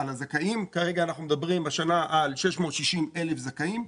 כרגע אנחנו מדברים השנה על 660,000 זכאים.